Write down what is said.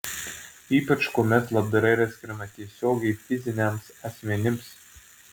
ypač kuomet labdara yra skiriama tiesiogiai fiziniams asmenims